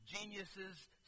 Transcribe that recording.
geniuses